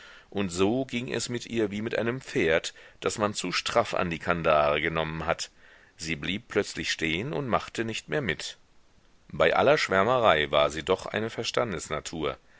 und so ging es mit ihr wie mit einem pferd das man zu straff an die kandare genommen hat sie blieb plötzlich stehen und machte nicht mehr mit bei aller schwärmerei war sie doch eine